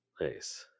Nice